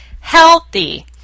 healthy